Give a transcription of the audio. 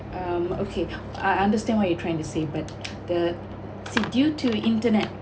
um okay I understand what you're trying to say but the see due to the internet